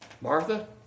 Martha